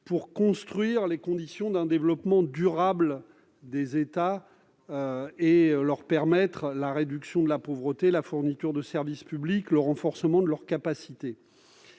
pour construire les conditions d'un développement durable des États et leur permettre de réduire la pauvreté, d'assurer des services publics et de renforcer leurs capacités.